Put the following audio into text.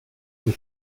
sus